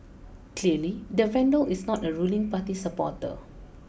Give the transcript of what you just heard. clearly the vandal is not a ruling party supporter